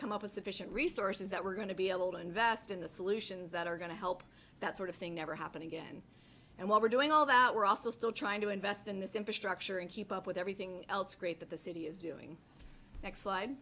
come up with sufficient resources that we're going to be able to invest in the solutions that are going to help that sort of thing never happen again and while we're doing all that we're also still trying to invest in this infrastructure and keep up with everything else great that the city is doing